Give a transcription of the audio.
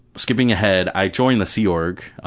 skipping ahead, i joined the sea org,